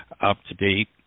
up-to-date